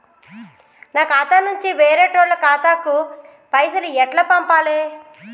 నా ఖాతా నుంచి వేరేటోళ్ల ఖాతాకు పైసలు ఎట్ల పంపాలే?